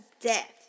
death